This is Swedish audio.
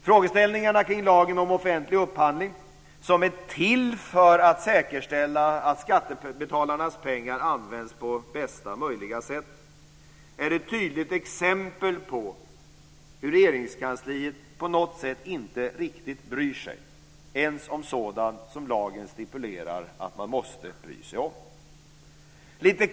Frågeställningarna kring lagen om offentlig upphandling, som är till för att säkerställa att skattebetalarnas pengar används på bästa möjliga sätt, är ett tydligt exempel på hur Regeringskansliet inte riktigt bryr sig, ens om sådant som lagen stipulerar att man måste bry sig om.